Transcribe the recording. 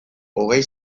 hogei